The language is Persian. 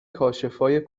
کاشفای